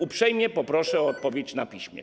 Uprzejmie poproszę o odpowiedź na piśmie.